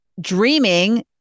dreaming